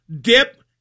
dip